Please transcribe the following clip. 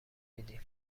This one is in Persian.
میدی